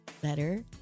better